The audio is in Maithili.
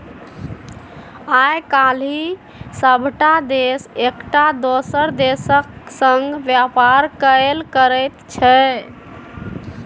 आय काल्हि सभटा देश एकटा दोसर देशक संग व्यापार कएल करैत छै